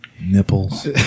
Nipples